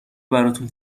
براتون